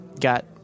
got